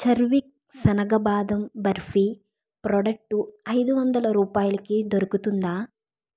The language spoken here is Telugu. చర్విక్ శనగ బాదం బర్ఫీ ప్రాడక్టు ఐదు వందల రూపాయలకి దొరుకుతుందా